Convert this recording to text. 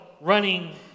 running